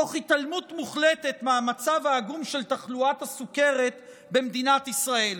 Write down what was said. תוך התעלמות מוחלטת מהמצב העגום של תחלואת הסוכרת במדינת ישראל,